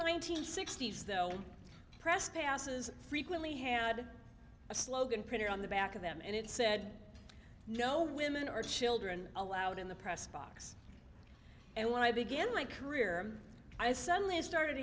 hundred sixty s though press passes frequently had a slogan printed on the back of them and it said no women or children allowed in the press box and when i began my career i suddenly started